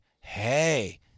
hey